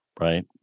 right